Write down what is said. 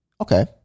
okay